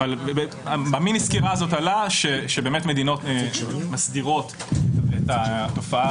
מהמיני סקירה הזאת עלה שבאמת מדינות מסדירות את התופעה